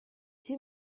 two